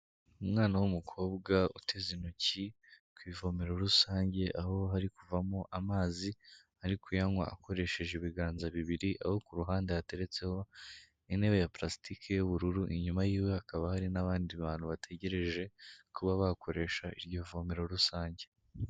Umwana w'umukobwa uteze intoki ku ivomero rusange, aho hari kuvamo amazi ari kuyanywa akoresheje ibiganza bibiri, aho ku ruhande hateretseho intebe ya palasitiki y'ubururu, inyuma yiwe hakaba hari n'abandi bantu bategereje kuba bakoresha iryo vomero rusange.